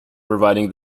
providing